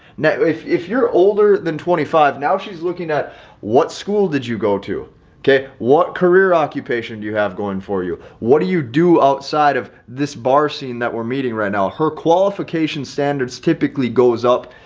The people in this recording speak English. now if if you're older than twenty five now she's looking at what school did you go to okay, what career occupation do you have going for you? what do you do outside of this bar scene that we're meeting right now her qualification standards typically goes up,